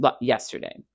yesterday